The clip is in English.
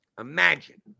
imagine